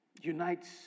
unites